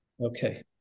Okay